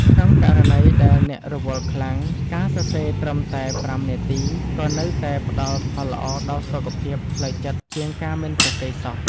ក្នុងករណីដែលអ្នករវល់ខ្លាំង ការសរសេរត្រឹមតែប្រាំនាទី ក៏នៅតែផ្ដល់ផលល្អដល់សុខភាពផ្លូវចិត្តជាងការមិនសរសេរសោះ។